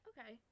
Okay